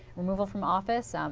removal from office.